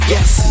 Yes